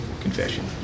confession